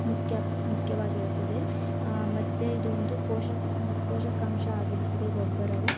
ಮುಖ್ಯ ಮುಖ್ಯವಾಗಿರುತ್ತದೆ ಮತ್ತು ಇದು ಒಂದು ಪೋಷಕ ಪೋಷಕಾಂಶ ಆಗಿರುತ್ತದೆ ಗೊಬ್ಬರವು